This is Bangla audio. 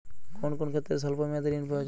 কোন কোন ক্ষেত্রে স্বল্প মেয়াদি ঋণ পাওয়া যায়?